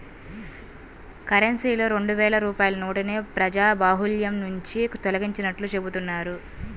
కరెన్సీలో రెండు వేల రూపాయల నోటుని ప్రజాబాహుల్యం నుంచి తొలగించినట్లు చెబుతున్నారు